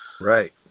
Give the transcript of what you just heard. Right